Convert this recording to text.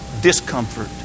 discomfort